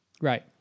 Right